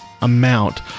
amount